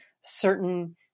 certain